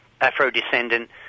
Afro-descendant